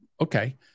Okay